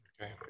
Okay